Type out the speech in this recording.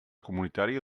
comunitària